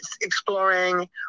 exploring